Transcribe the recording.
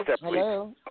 Hello